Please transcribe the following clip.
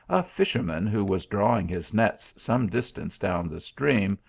a fisherman who was drawing his nets some distance down the stream,